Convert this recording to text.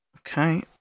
Okay